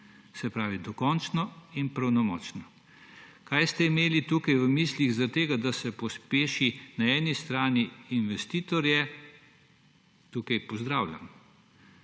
Se pravi, dokončno in pravnomočno. Kaj ste imeli tukaj v mislih zaradi tega, da se pospeši na eni strani investitorje, tukaj pozdravljam,